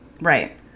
Right